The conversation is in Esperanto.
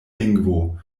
lingvo